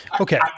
Okay